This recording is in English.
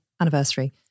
anniversary